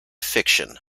fiction